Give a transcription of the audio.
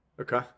Okay